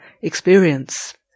experience